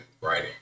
writing